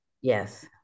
yes